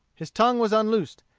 his tongue was unloosed,